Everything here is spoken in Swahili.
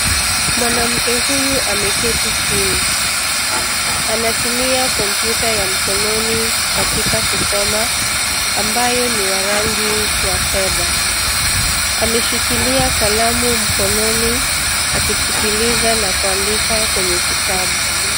Mwanamke huyu ameketi chini, anatumia kompyuta ya mkononi katika kusoma ambayo ni wa rangi wa fedha. Ameshikilia kalamu mkononi ,akisikiliza na kuandika kwenye kitabu.